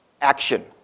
action